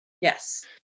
Yes